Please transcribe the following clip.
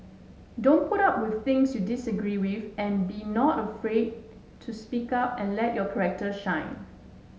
don't put up with things you disagree with and be not afraid to speak up and let your corrector shine